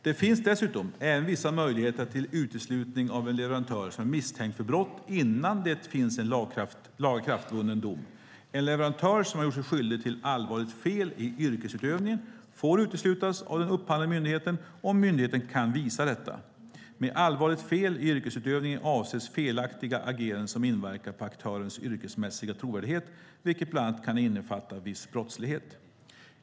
Det finns dessutom vissa möjligheter till uteslutning av en leverantör som är misstänkt för brott innan det finns en lagakraftvunnen dom. En leverantör som har gjort sig skyldig till allvarligt fel i yrkesutövningen får uteslutas av den upphandlande myndigheten om myndigheten kan visa detta. Med allvarligt fel i yrkesutövningen avses felaktiga ageranden som inverkar på leverantörens yrkesmässiga trovärdighet, vilket bland annat kan innefatta viss brottslighet.